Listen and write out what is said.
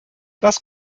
das